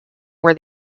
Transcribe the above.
where